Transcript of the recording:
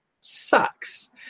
sucks